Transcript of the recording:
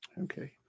Okay